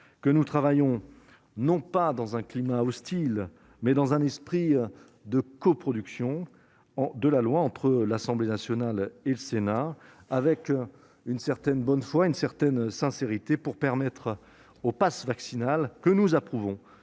que nous travaillons non pas dans un climat d'hostilité, mais dans un esprit de coproduction de la loi entre l'Assemblée nationale et le Sénat, avec bonne foi et sincérité, pour permettre au passe vaccinal, que nous approuvons,